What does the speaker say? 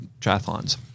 triathlons